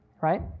right